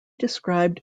described